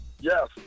yes